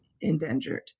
endangered